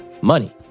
money